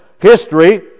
history